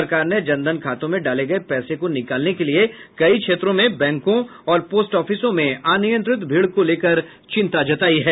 सरकार ने जन धन खातों में डाले गये पैसे को निकालने के लिए कई क्षेत्रों में बैंकों और पोस्ट ऑफिसों में अनियंत्रित भीड़ को लेकर चिंता जतायी है